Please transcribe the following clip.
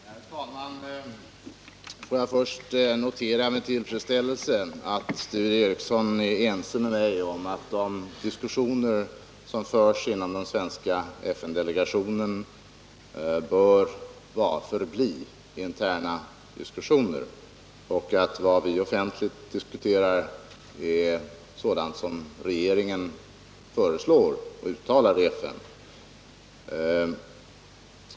Herr talman! Jag får först med tillfredsställelse notera att Sture Ericson är ense med mig om att de diskussioner som förs inom den svenska FN delegationen bör förbli interna diskussioner. Vad vi offentligt diskuterar är sådant som regeringen föreslår och uttalar i FN.